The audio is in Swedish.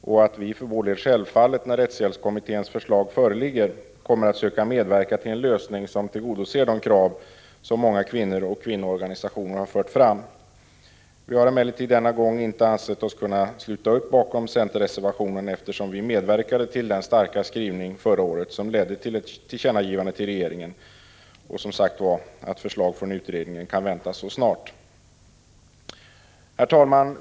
För vår del kommer vi självfallet när rättshjälpskommitténs förslag föreligger att söka medverka till en lösning som tillgodoser de krav som många kvinnor och kvinnoorganisationer har fört fram. Denna gång har vi emellertid inte ansett oss kunna sluta upp bakom centerreservationen, eftersom vi medverkade till den starka skrivningen förra året som ledde till ett tillkännagivande till regeringen och till att förslag från utredningen kan väntas så snart. 7 Herr talman!